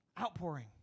Outpouring